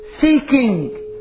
seeking